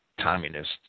communist